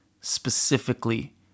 specifically